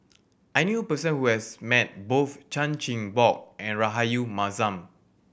I knew a person who has met both Chan Chin Bock and Rahayu Mahzam